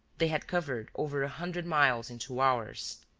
they had covered over a hundred miles in two hours.